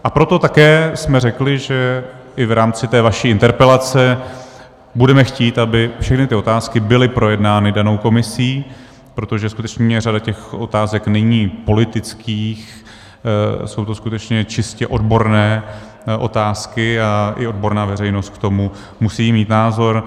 A proto také jsme řekli, že i v rámci té vaší interpelace budeme chtít, aby všechny ty otázky byly projednány danou komisí, protože skutečně řada těch otázek není politických, jsou to skutečně čistě odborné otázky a i odborná veřejnost k tomu musí mít názor.